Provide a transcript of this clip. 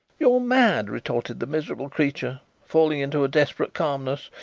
you are mad, retorted the miserable creature, falling into a desperate calmness.